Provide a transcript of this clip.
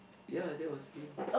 ya that was him